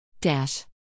Dash